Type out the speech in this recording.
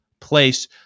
place